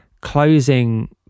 closing